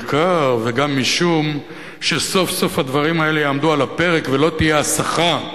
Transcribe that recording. בעיקר וגם משום שסוף-סוף הדברים האלה יעמדו על הפרק ולא תהיה הסחה,